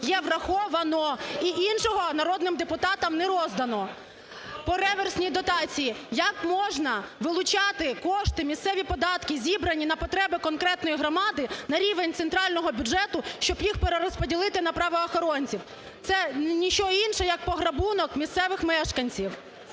є враховано і іншого народним депутатам не роздано. По реверсній дотації. Як можна вилучати кошти, місцеві податки, зібрані на потреби конкретної громади, на рівень центрального бюджету, щоб їх перерозподілити на правоохоронців? Це ні що інше як по грабунок місцевих мешканців.